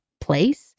place